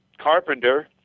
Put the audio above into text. Carpenter